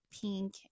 pink